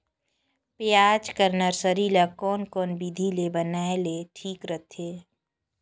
पियाज के नर्सरी ला कोन कोन विधि ले बनाय ले ठीक रथे?